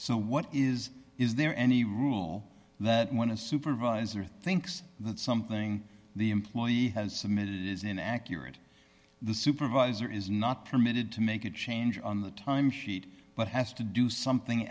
so what is is there any rule that when a supervisor thinks that something the employee has submitted is in accurate the supervisor is not permitted to make a change on the time sheet but has to do something